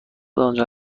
آنجا